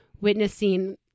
witnessing